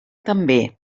també